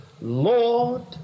Lord